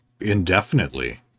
indefinitely